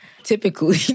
Typically